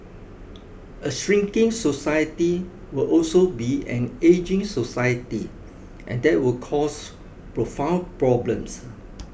a shrinking society will also be an ageing society and that will cause profound problems